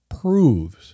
Proves